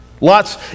Lot's